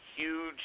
huge